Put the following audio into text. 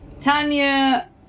Tanya